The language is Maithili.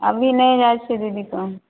अभी नहि जाइ छिए दीदी कहीँ